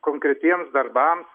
konkretiems darbams